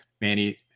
Manny